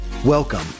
Welcome